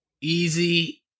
easy